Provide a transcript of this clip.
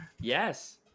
Yes